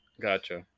Gotcha